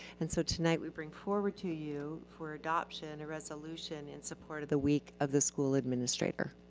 and so tonight we bring forward to you for adoption a resolution in support of the week of the school administrator.